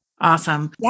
Awesome